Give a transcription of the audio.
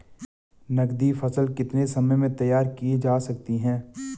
नगदी फसल कितने समय में तैयार की जा सकती है?